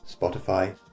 Spotify